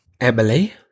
Emily